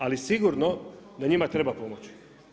Ali sigurno da njima treba pomoći.